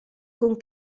con